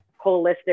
holistic